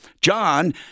John